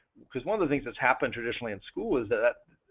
because one of the things that's happened traditionally in school is that